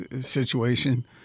situation